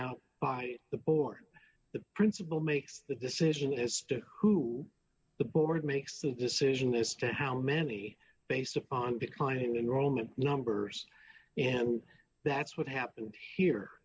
out by the board the principal makes the decision as to who the board makes the decision this to how many based upon declining enrollment numbers and that's what happened here